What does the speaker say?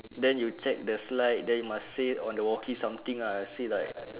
then you check the slide then you must say on the walkie something lah say like